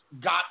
got